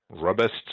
Robust